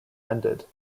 ended